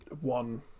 one